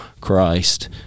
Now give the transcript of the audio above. Christ